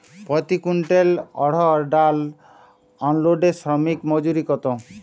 প্রতি কুইন্টল অড়হর ডাল আনলোডে শ্রমিক মজুরি কত?